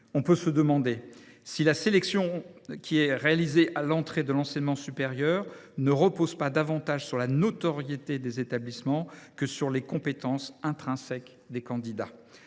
On peut se demander si la sélection à l’entrée de l’enseignement supérieur ne repose pas davantage sur la notoriété des établissements que sur les compétences intrinsèques des candidats.